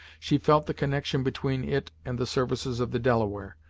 she felt the connection between it and the services of the delaware,